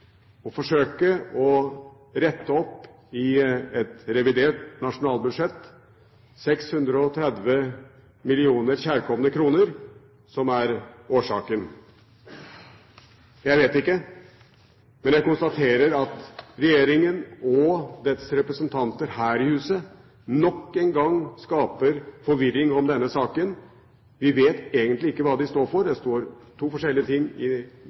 å forsøke å rette opp i revidert nasjonalbudsjett 630 millioner kjærkomne kroner – som er årsaken? Jeg vet ikke, men jeg konstaterer at regjeringen og dens representanter her i huset nok en gang skaper forvirring om denne saken. Vi vet egentlig ikke hva de står for, for det er to forskjellige ting som kommer fram i deres taler og i det